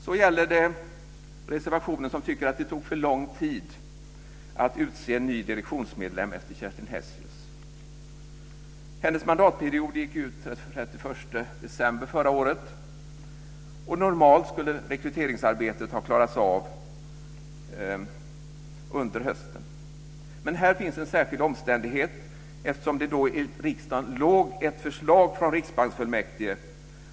Så gäller det den reservation där man tycker att det tog för lång tid att utse en ny direktionsmedlem efter Kerstin Hessius. Hennes mandatperiod gick ut den 31 december förra året. Normalt skulle rekryteringsarbetet ha klarats av under hösten men här finns en särskild omständighet eftersom det då i riksdagen låg ett förslag från riksbanksfullmäktige.